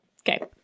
Okay